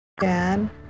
Dad